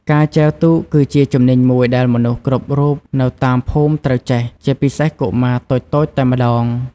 ការចែវទូកគឺជាជំនាញមួយដែលមនុស្សគ្រប់រូបនៅតាមភូមិត្រូវចេះ ជាពិសេសកុមារតូចៗតែម្ដង។